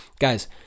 Guys